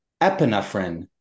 epinephrine